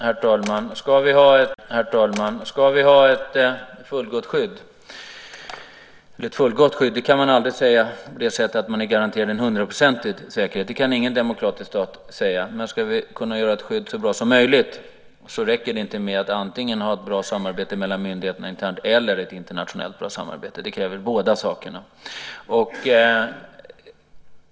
Herr talman! Ska vi ha ett fullgott skydd? Ett fullgott skydd kan man aldrig tala om i den meningen att man garanterar en hundraprocentig säkerhet. Det kan ingen demokratisk stat göra. För att göra ett skydd så bra som möjligt, räcker det inte med att antingen ha ett bra samarbete mellan myndigheter internt eller ett internationellt bra samarbete. Det kräver båda sakerna.